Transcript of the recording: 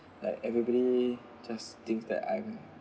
like everybody just thinks that I'm